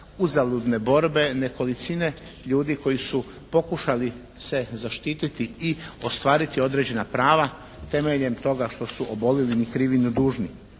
uzaludne borbe nekolicine ljudi koji su pokušali se zaštititi i ostvariti određena prava temeljem toga što su oboljeli ni krivi ni dužni.